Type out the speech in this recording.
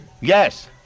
Yes